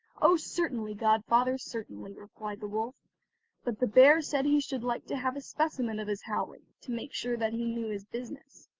oh, certainly, godfather, certainly replied the wolf but the bear said he should like to have a specimen of his howling, to make sure that he knew his business.